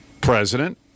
president